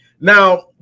Now